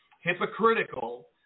hypocritical